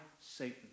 Satan